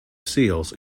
seals